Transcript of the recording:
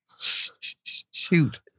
Shoot